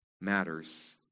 matters